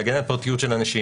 להגן על פרטיות של אנשים,